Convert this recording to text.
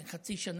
בן חצי שנה,